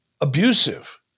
abusive